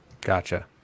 Gotcha